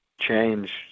change